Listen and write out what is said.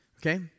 Okay